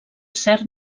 cert